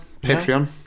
Patreon